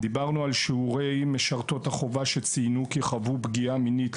דיברנו על שיעורי משרתות החובה שציינו כי חוו פגיעה מינית,